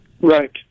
Right